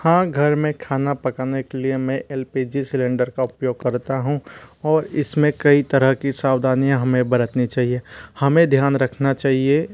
हाँ घर में खाना पकाने के लिए मैं एल पी जी सिलेंडर का उप्योग करता हूँ और इस में कई तरह की सावधानियाँ हमें बरतनी चाहिए हमें ध्यान रखना चाहिए